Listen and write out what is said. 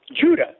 judah